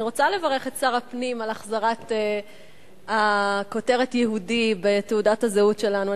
אני רוצה לברך את שר הפנים על החזרת הכותרת "יהודי" לתעודת הזהות שלנו.